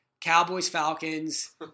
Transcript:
Cowboys-Falcons